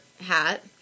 hat